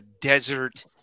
desert